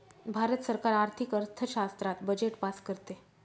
भारत सरकार आर्थिक अर्थशास्त्रात बजेट पास करते